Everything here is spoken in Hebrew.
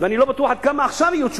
ואני לא בטוח עד כמה עכשיו יהיו תשובות.